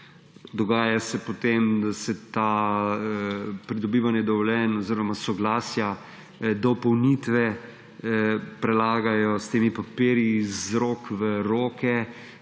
Dogaja se potem, da se to pridobivanje dovoljenj oziroma soglasja, dopolnitve prelagajo s temi papirji iz rok v roke